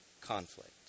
conflict